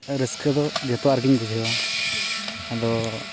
ᱨᱟᱹᱥᱠᱟᱹ ᱫᱚ ᱡᱚᱛᱚᱣᱟᱜ ᱨᱮᱜᱮᱧ ᱵᱩᱡᱷᱟᱹᱣᱟ ᱟᱫᱚ